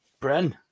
Bren